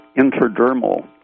intradermal